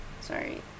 Sorry